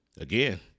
again